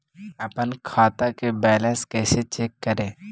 अपन खाता के बैलेंस कैसे चेक करे?